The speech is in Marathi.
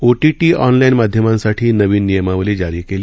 ओटीटी ऑनलाईन माध्यमांसाठी नवीन नियमावली जारी केली